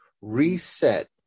reset